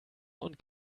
und